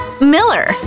Miller